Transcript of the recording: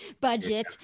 budget